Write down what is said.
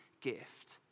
gift